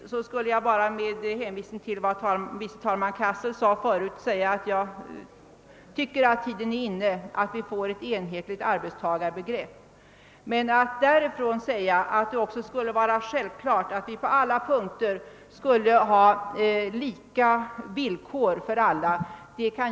Till slut vill jag bara med hänvisning till vad andre vice talmannen Cassel tidigare sagt framhålla att tiden nu är inne för att skapa ett enhetligt arbetstagarbegrepp. Däremot vill jag inte göra gällande att det är självklart att alla också skall ha lika villkor i alla avseenden.